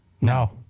No